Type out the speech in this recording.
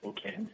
Okay